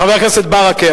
חבר הכנסת ברכה,